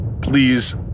please